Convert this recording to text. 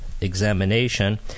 examination